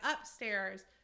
upstairs